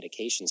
medications